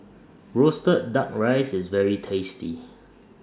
Roasted Duck Rice IS very tasty